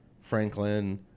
Franklin